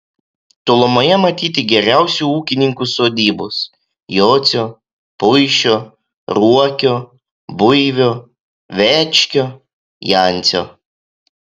tolumoje matyti geriausių ūkininkų sodybos jocio puišio ruokio buivio večkio jancio